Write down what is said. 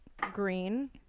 green